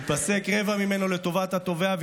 ייפסק רבע ממנו לטובת התובע,